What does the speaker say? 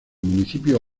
municipio